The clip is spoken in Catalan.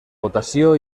votació